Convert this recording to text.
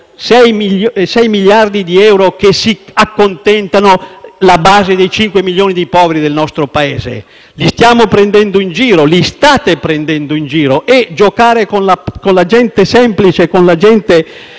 miliardi di euro che si accontenta la base dei cinque milioni di poveri del nostro Paese. Li stiamo prendendo in giro - li state prendendo in giro - e giocare con la gente semplice può diventare